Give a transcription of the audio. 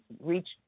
reach